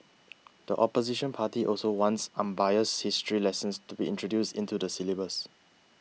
the opposition party also wants unbiased history lessons to be introduced into the syllabus